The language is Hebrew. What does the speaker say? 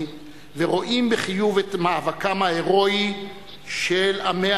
ורואים בחיוב את מאבקם ההירואי של עמי